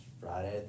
Friday